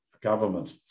government